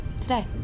today